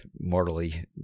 mortally